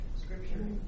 scripture